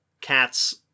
cats